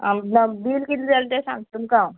आ ना बील कितले जाले तें सांगता तुमकां हांव